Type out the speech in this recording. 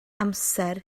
amser